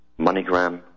MoneyGram